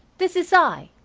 this is i,